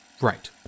Right